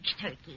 turkey